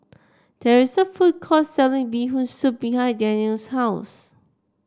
there is a food court selling Bee Hoon Soup behind Danniel's house